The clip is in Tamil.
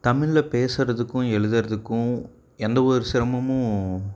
தமிழில் பேசுகிறதுக்கும் எழுதுகிறதுக்கும் எந்த ஒரு சிரமமும்